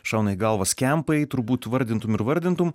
šauna į galvą skempai turbūt vardintum ir vardintum